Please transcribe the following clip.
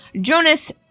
Jonas